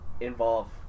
involve